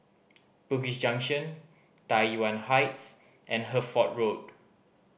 Bugis Junction Tai Yuan Heights and Hertford Road